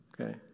Okay